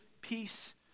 peace